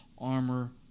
armor